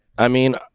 i mean,